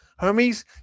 Homies